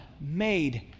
made